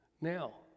now